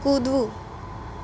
કૂદવું